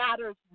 Matters